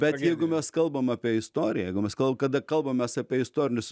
bet jeigu mes kalbam apie istoriją jeigu mes kal kada kalbamės apie istorinius